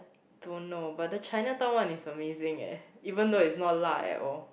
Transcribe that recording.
don't know but the Chinatown one is amazing eh even though it's not 辣：la at all